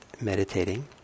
meditating